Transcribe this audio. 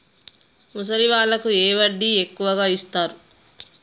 ముసలి వాళ్ళకు ఏ వడ్డీ ఎక్కువ ఇస్తారు?